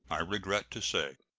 i regret to say,